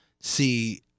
see